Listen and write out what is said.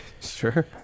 Sure